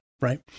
right